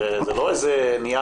הרי זה לא איזה נייר